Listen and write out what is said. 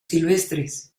silvestres